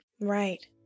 Right